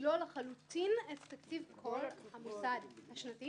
לשלול לחלוטין את תקציב כל המוסד השנתי,